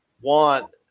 want